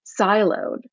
siloed